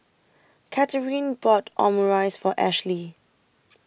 Katheryn bought Omurice For Ashlie